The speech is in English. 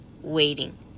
waiting